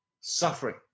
suffering